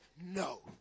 no